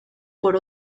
por